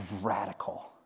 radical